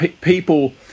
people